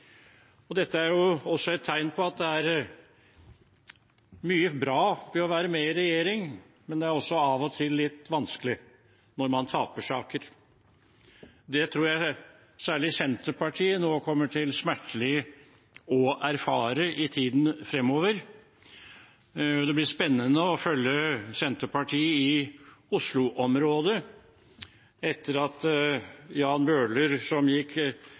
dag. Dette er også et tegn på at det er mye bra med å være med i regjering, men det er også av og til litt vanskelig, når man taper saker. Det tror jeg særlig Senterpartiet smertelig kommer til å erfare i tiden fremover. Det blir spennende å følge Senterpartiet i Oslo-området etter at Jan Bøhler, som gikk